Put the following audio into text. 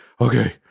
Okay